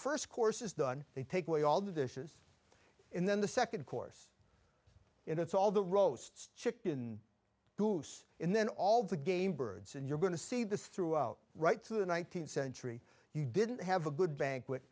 first course is done they take away all the dishes and then the second course in it's all the roasts chicken in then all the game birds and you're going to see this through out right through the nineteenth century you didn't have a good ban